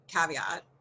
caveat